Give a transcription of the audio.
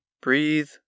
breathe